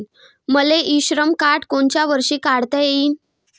मले इ श्रम कार्ड कोनच्या वर्षी काढता येईन?